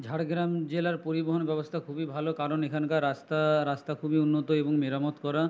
ঝাড়গ্রাম জেলার পরিবহন ব্যবস্থা খুবই ভালো কারণ এখানকার রাস্তা রাস্তা খুবই উন্নত এবং মেরামত করা